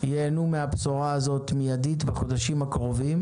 ייהנו מהבשורה הזאת מיידית בחודשים הקרובים